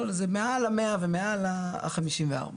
לא, זה מעל המאה ומעל החמישים וארבע.